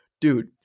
dude